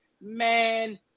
man